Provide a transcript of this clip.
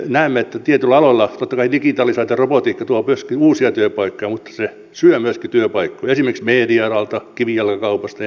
totta kai digitalisaatio ja robotiikka tuovat myöskin uusia työpaikkoja mutta ne myöskin syövät työpaikkoja esimerkiksi media alalta kivijalkakaupasta ja niin edelleen